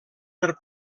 per